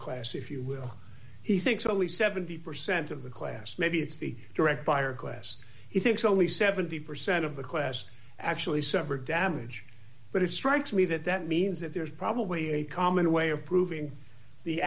class if you will he thinks only seventy percent of the class maybe it's the direct buyer class he thinks only seventy percent of the class actually sever damage but it strikes me that that means that there's probably a common way of proving the